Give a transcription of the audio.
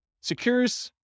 secures